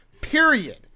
Period